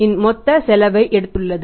இன் மொத்த செலவை எடுத்துள்ளது